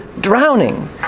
drowning